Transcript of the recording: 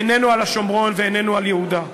איננו על השומרון ואיננו על יהודה,